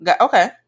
Okay